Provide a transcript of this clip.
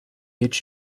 get